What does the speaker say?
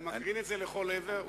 והוא מקרין את זה לכל עבר.